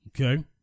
okay